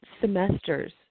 semesters